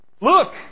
Look